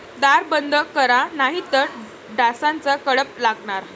दार बंद करा नाहीतर डासांचा कळप लागणार